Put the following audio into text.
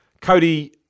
Cody